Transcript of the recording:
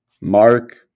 Mark